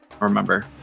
remember